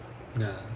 ya